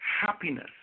happiness